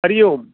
Hari Om